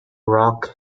rock